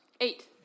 Eight